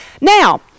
Now